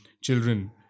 children